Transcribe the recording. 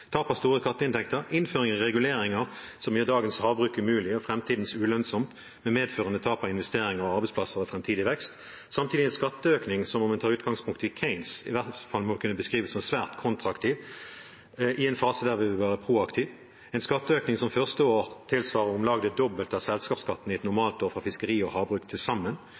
tap av store skatteinntekter. Det er innføring av reguleringer som gjør dagens havbruk umulig og framtiden ulønnsom, med medførende tap av investeringer og arbeidsplasser og framtidig vekst. Samtidig er det en skatteøkning som om en tar utgangspunkt i Keynes, som i hvert fall må kunne beskrives som svært kontraktiv, i en fase der vi vil være proaktiv, en skatteøkning som første år tilsvarer om lag det dobbelte av selskapsskatten i et normalt år for fiskeri og havbruk til sammen.